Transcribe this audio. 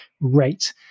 rate